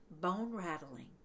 bone-rattling